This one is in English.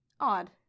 Odd